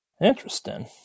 Interesting